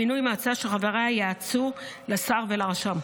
מינוי מועצה שחבריה ייעצו לשר ולרשם,